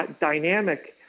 dynamic